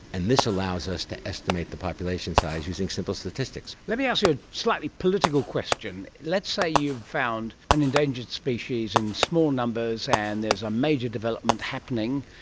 and this allows us to estimate the population size using simple statistics. let me ask you a slightly political question. let's say you found an endangered species in small numbers and there is a major development happening,